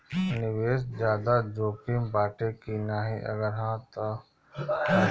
निवेस ज्यादा जोकिम बाटे कि नाहीं अगर हा तह काहे?